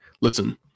listen